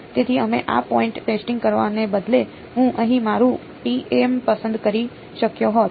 તેથી અમે આ પોઈન્ટ ટેસ્ટિંગ કરવાને બદલે હું અહીં મારું ટીએમ પસંદ કરી શક્યો હોત